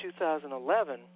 2011